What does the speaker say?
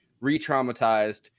re-traumatized